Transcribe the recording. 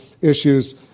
issues